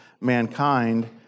mankind